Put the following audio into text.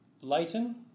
leighton